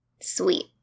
sweet